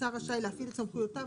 השר רשאי להפעיל את סמכויותיו.